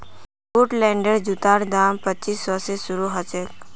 वुडलैंडेर जूतार दाम पच्चीस सौ स शुरू ह छेक